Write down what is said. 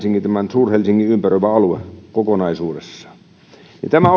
suur helsingin alue kokonaisuudessaan ja tämä